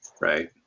right